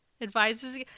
Advises